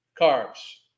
carbs